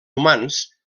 humans